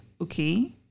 okay